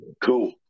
cool